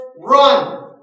Run